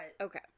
Okay